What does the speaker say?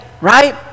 right